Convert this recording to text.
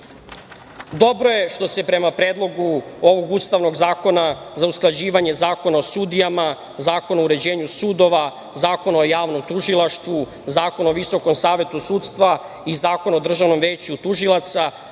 akata. Dobro je što se prema Predlogu ovog Ustavnog zakona za usklađivanje Zakona o sudijama, Zakona o uređenju sudova, Zakona o javnom tužilaštvu, Zakona o Visokom savetu sudstva i Zakona o Državnom veću tužilaca,